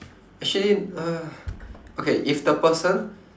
actually ugh okay if the person